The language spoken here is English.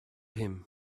him